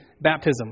baptism